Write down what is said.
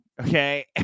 okay